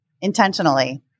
intentionally